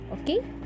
okay